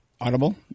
Audible